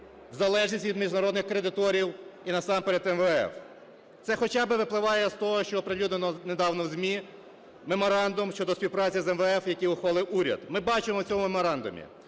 в залежність від міжнародних кредиторів, і насамперед МВФ. Це хоча б випливає з того, що оприлюднено недавно в ЗМІ, меморандум щодо співпраці з МВФ, який ухвалив уряд. Ми бачимо в цьому меморандумі,